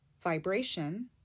vibration